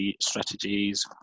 strategies